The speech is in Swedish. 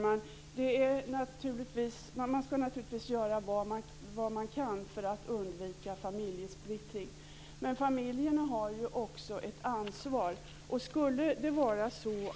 Fru talman! Man skall naturligtvis göra vad man kan för att undvika familjesplittring. Men familjerna har ju också ett ansvar.